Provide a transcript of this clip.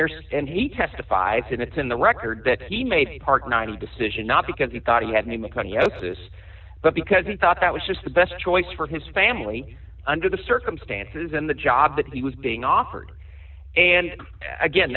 there's and he testifies and it's in the record that he made a part not of decision not because he thought he had a name upon the opus but because he thought that was just the best choice for his family under the circumstances and the job that he was being offered and again